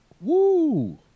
Woo